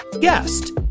guest